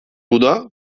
buna